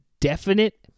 definite